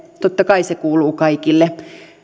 totta kai se kuuluu kaikille